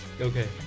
Okay